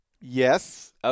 Yes